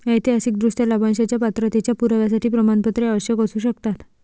ऐतिहासिकदृष्ट्या, लाभांशाच्या पात्रतेच्या पुराव्यासाठी प्रमाणपत्रे आवश्यक असू शकतात